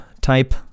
type